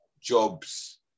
jobs